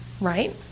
right